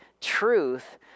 truth